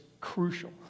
crucial